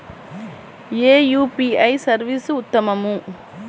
ఏ UPI service ఉత్తమము?